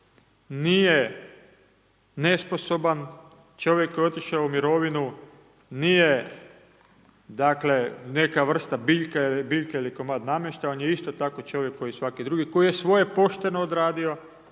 nije nesposoban, čovjek koji je otišao u mirovnu nije dakle neka vrsta biljke ili komad namještaja, on je isto tako čovjek kao svaki drugi koji je svoje pošteno odradio,